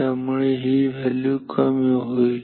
त्यामुळे ही व्हॅल्यू कमी होईल